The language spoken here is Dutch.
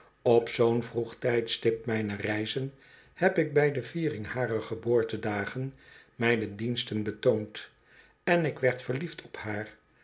op zoo'n vroeg tijdstip mijner reizen heb ik bij de viering har er geboortedagen mijne diensten betoond en ik werd verliefd op haar